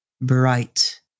bright